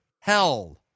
hell